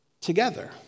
together